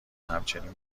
همچنین